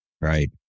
Right